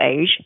age